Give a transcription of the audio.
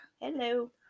Hello